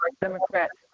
Democrats